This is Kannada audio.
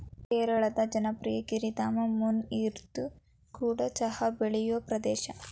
ಕೇರಳದ ಜನಪ್ರಿಯ ಗಿರಿಧಾಮ ಮುನ್ನಾರ್ಇದು ಕೂಡ ಚಹಾ ಬೆಳೆಯುವ ಪ್ರದೇಶ